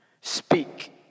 speak